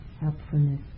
helpfulness